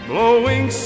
Blowing